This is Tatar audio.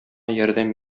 ярдәм